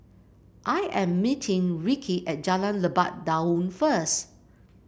I am meeting Rickie at Jalan Lebat Daun first